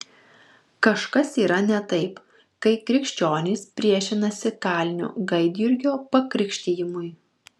kažkas yra ne taip kai krikščionys priešinasi kalinio gaidjurgio pakrikštijimui